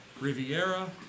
riviera